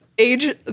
age